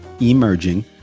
emerging